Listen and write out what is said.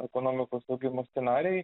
ekonomikos augimo scenarijai